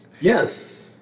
Yes